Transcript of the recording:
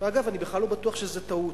אגב, אני בכלל לא בטוח שזה טעות.